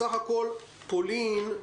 בסך הכול המסע לפולין,